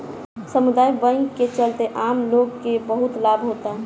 सामुदायिक बैंक के चलते आम लोग के बहुत लाभ होता